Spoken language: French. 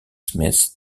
smith